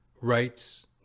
rights